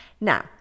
Now